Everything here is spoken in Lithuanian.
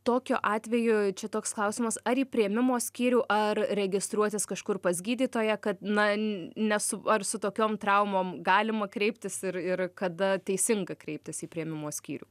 tokiu atveju čia toks klausimas ar į priėmimo skyrių ar registruotis kažkur pas gydytoją kad na nesu ar su tokiom traumom galima kreiptis ir ir kada teisinga kreiptis į priėmimo skyrių